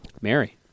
Mary